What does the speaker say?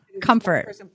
comfort